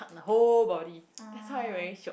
the whole body that's why very shiok